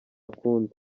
kundi